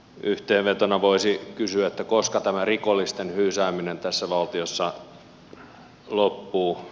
yhteenvetona voisi kysyä koska tämä rikollisten hyysääminen tässä valtiossa loppuu